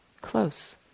close